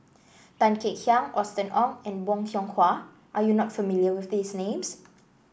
Tan Kek Hiang Austen Ong and Bong Hiong Hwa are you not familiar with these names